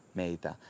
meitä